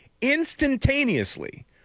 instantaneously